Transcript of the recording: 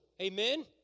Amen